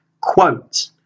Quote